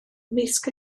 ymysg